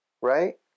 Right